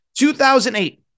2008